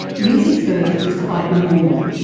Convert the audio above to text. lucy's birth was quite normal,